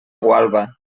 gualba